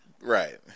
Right